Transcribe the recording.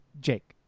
Jake